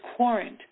quarant